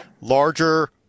larger